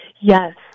Yes